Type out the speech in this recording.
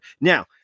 Now